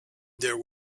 there